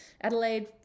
adelaide